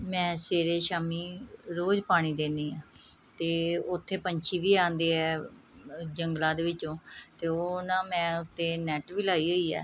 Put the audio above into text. ਮੈਂ ਸਵੇਰੇ ਸ਼ਾਮੀਂ ਰੋਜ਼ ਪਾਣੀ ਦਿੰਦੀ ਹਾਂ ਅਤੇ ਉੱਥੇ ਪੰਛੀ ਵੀ ਆਉਂਦੇ ਹੈ ਜੰਗਲਾਂ ਦੇ ਵਿੱਚੋਂ ਅਤੇ ਉਹ ਨਾ ਮੈਂ ਉੱਤੇ ਨੈੱਟ ਵੀ ਲਾਈ ਹੋਈ ਹੈ